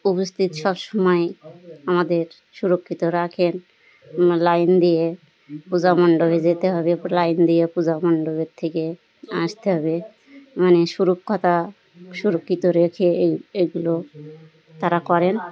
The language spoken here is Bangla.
উপস্থিত সব সময় আমাদের সুরক্ষিত রাখেন লাইন দিয়ে পূজা মণ্ডপে যেতে হবে লাইন দিয়ে পূজা মণ্ডপের থেকে আসতে হবে মানে সুরক্ষাটা সুরক্ষিত রেখে এই এগুলো তারা করেন